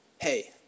hey